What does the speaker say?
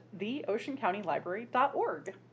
theoceancountylibrary.org